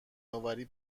اوری